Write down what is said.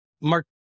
Mark